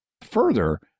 Further